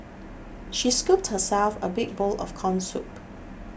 she scooped herself a big bowl of Corn Soup